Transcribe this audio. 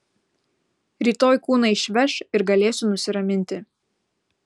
rytoj kūną išveš ir galėsiu nusiraminti